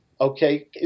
okay